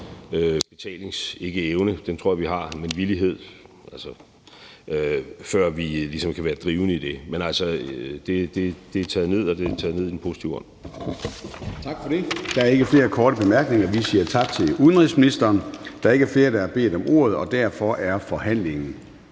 betalingsevne, den tror jeg vi har, men -villighed, før vi ligesom kan være drivende i det. Men altså, det er taget ned, og det er taget ned i en positiv ånd.